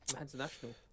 International